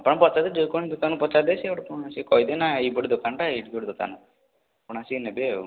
ଆପଣ ପଚାରିଦେବେ ଯେକୌଣସି ଦୋକାନକୁ ପଚାରିଦେବ ସେ ସିଏ କହିଦେବେ ନା ଏହିଭଳି ଦୋକାନଟା ଏଇଠି କେଉଁଠି ଦୋକାନ ଆପଣ ଆସିକି ନେବେ ଆଉ